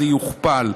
זה יוכפל.